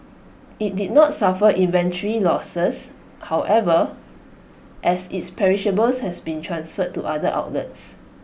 IT did not suffer inventory losses however as its perishables had been transferred to other outlets